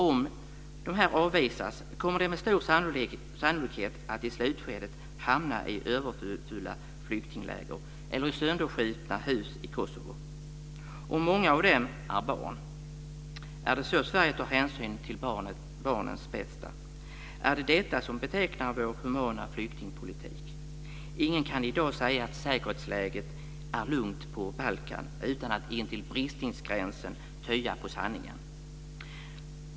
Om de avvisas kommer de med stor sannolikhet att i slutskedet hamna i överfulla flyktingläger eller i sönderskjutna hus i Kosovo. Många av dessa är barn. Är det så Sverige tar hänsyn till barnens bästa? Är det detta som betecknar vår humana flyktingpolitik? Ingen kan i dag säga att säkerhetsläget är lugnt på Balkan utan att intill bristningsgränsen töja på sanningen.